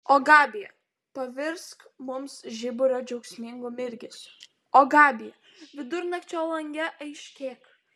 o gabija pavirsk mums žiburio džiaugsmingu mirgesiu o gabija vidurnakčio lange aiškėk